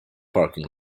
parking